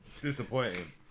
disappointing